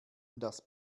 das